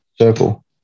circle